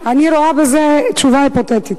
אני רואה בזה תשובה היפותטית.